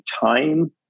time